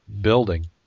building